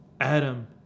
Adam